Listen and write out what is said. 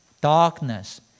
darkness